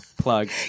plug